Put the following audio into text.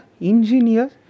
engineers